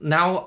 Now